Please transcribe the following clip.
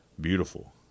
beautiful